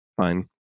fine